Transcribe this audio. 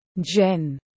Jen